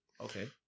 Okay